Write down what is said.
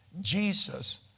Jesus